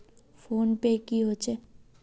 Phone पै की होचे?